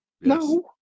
No